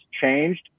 changed